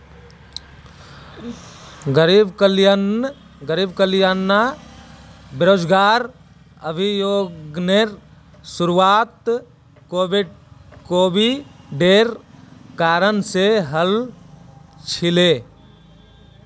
गरीब कल्याण रोजगार अभियानेर शुरुआत कोविडेर कारण से हल छिले